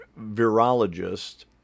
virologist